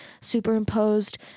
superimposed